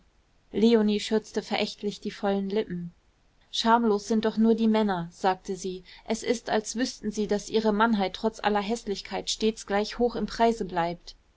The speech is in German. leonie schürzte verächtlich die vollen lippen schamlos sind doch nur die männer sagte sie es ist als wüßten sie daß ihre mannheit trotz aller häßlichkeit stets gleich hoch im preise bleibt